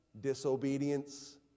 Disobedience